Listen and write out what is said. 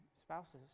spouses